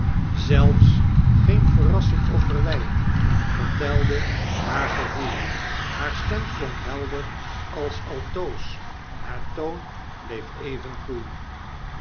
zelfs geen verrassing of verwyt vertelde haar gevoel haar stem klonk helder als altoos haar toon bleef even koel